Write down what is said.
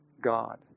God